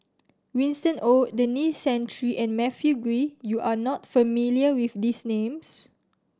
Winston Oh Denis Santry and Matthew Ngui you are not familiar with these names